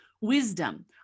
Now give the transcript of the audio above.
Wisdom